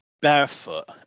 barefoot